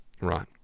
Right